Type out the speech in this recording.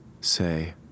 say